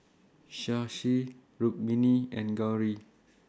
Shashi Rukmini and Gauri